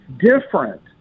different